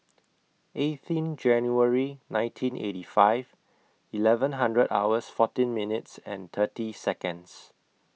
eighteenth January nineteen eighty five eleven hundred hours fourteen minutes and thirty Seconds